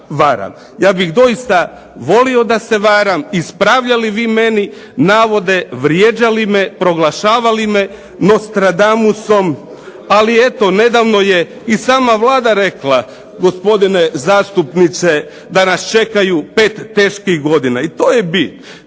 Ja bih doista volio da se varam ispravljali vi meni navode, vrijeđali me, proglašavali me Nostradamusom. Ali eto nedavno je i sama Vlada rekla, gospodine zastupniče da nas čeka 5 teških godina. I to je bit.